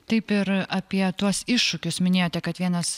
taip ir apie tuos iššūkius minėjote kad vienas